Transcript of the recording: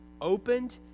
Opened